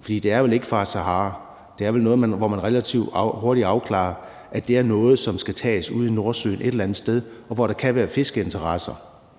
for det er vel ikke fra Sahara? Det er vel noget, hvor man relativt hurtigt afklarer, at det er noget, som skal tages ude i Nordsøen et eller andet sted, hvor der kan være fiskeinteresser,